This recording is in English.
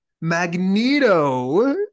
magneto